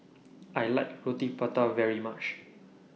I like Roti Prata very much